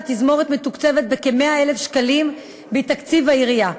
התזמורת מתוקצבת בכ-100,000 שקלים מתקציב העירייה.